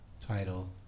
title